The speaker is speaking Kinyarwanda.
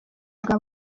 bwa